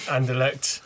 Andelect